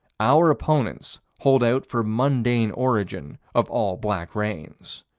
our opponents hold out for mundane origin of all black rains.